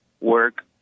work